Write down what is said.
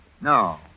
No